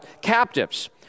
captives